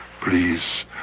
...please